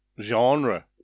genre